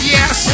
Yes